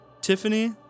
Tiffany